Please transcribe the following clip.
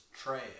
trash